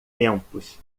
tempos